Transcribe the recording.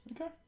Okay